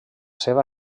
seva